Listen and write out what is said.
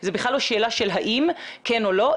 זה בכלל לא שאלה של האם כן או לא,